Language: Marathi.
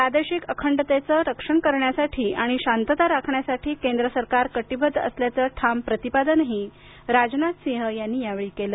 प्रादेशिक अखंडतेचे रक्षण करण्यासाठी आणि शांतता राखण्यासाठी केंद्र सरकार कटिबद्ध असल्याचं ठाम प्रतिपादन राजनाथ सिंह यांनी यावेळी केलं